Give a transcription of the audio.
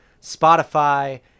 Spotify